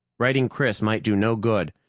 writing chris might do no good,